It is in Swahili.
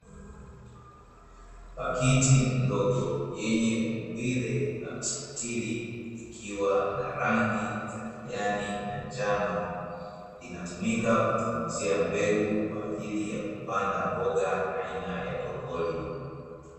Pakiti ndogo yenye umbile la mstatiri ikiwa na rangi za kijani na njano, inatumika kutunzia mbegu kwa ajili ya kupanda mboga aina ya brokoli.